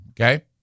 okay